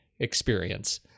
experience